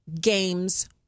games